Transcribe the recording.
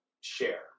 share